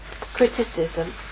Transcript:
criticism